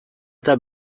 eta